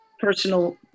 personal